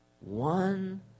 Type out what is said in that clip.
One